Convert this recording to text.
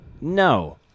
No